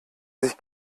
sich